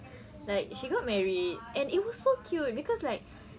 like she got married and it was so cute cause like